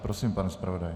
Prosím, pane zpravodaji.